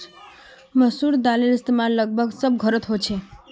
मसूर दालेर इस्तेमाल लगभग सब घोरोत होछे